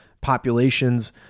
populations